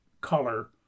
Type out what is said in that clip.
color